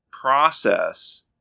process